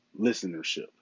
listenership